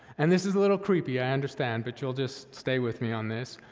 and this is a little creepy, i understand, but you'll just stay with me on this,